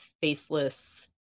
faceless